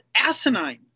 asinine